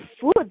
food